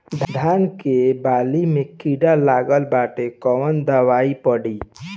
धान के बाली में कीड़ा लगल बाड़े कवन दवाई पड़ी?